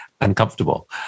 uncomfortable